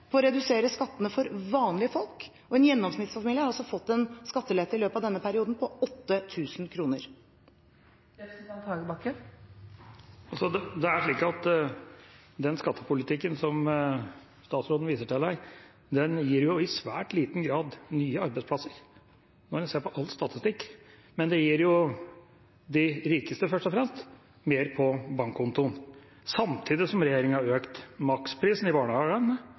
på å redusere skattene for vanlige folk, og en gjennomsnittsfamilie har fått en skattelette i løpet av denne perioden på 8 000 kr. Den skattepolitikken som statsråden viser til her, gir, når en ser på all statistikk, i svært liten grad nye arbeidsplasser. Den gir først og fremst de rikeste mer på bankkontoen, samtidig som regjeringa har økt maksprisen i barnehagene,